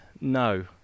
No